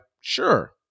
sure